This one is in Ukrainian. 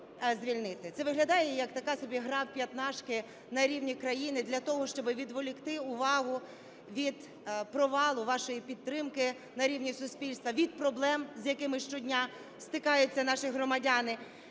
Це виглядає як така собі гра в п'ятнашки на рівні країни для того, щоб відволікти увагу від провалу вашої підтримки на рівні суспільства, від проблем, з якими щодня стикаються наші громадяни.